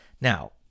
Now